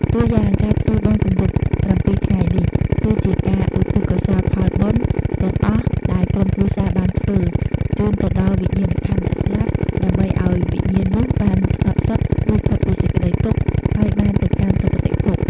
តួយ៉ាង ការធ្វើបុណ្យគម្រប់៧ថ្ងៃនេះ គឺជាការ ឧទ្ទិសកុសលផលបុណ្យ ទាំងអស់ដែលក្រុមគ្រួសារបានធ្វើ ជូនទៅដល់វិញ្ញាណក្ខន្ធអ្នកស្លាប់ ដើម្បីឱ្យវិញ្ញាណនោះបាន ស្ងប់សុខ រួចផុតពីសេចក្តីទុក្ខ ហើយបានទៅកាន់ សុគតិភព។